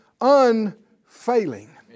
unfailing